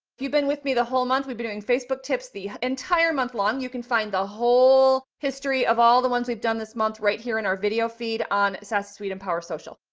you've been with me the whole month. we've been doing facebook tips the entire month long. you can find the whole history of all the ones we've done this month right here in our video feed on sassy suite, empowersocial.